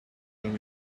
when